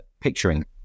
picturing